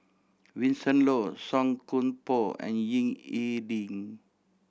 Vincent Leow Song Koon Poh and Ying E Ding